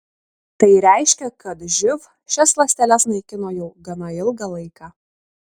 tai reiškia kad živ šias ląsteles naikino jau gana ilgą laiką